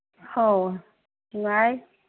ꯑꯧ ꯅꯨꯡꯉꯥꯏ